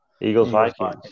Eagles-Vikings